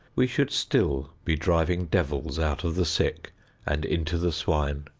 we should still be driving devils out of the sick and into the swine.